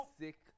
sick